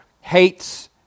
hates